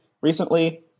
recently